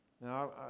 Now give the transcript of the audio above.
Now